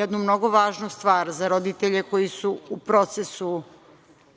jednu mnogo važnu stvar za roditelje koji su u procesu,